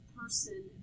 person